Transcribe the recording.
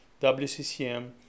WCCM